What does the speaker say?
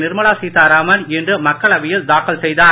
நிர்மலா சீத்தாராமன் இன்று மக்களவையில் தாக்கல் செய்தார்